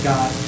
God